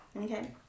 Okay